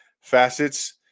facets